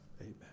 amen